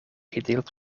gedeeld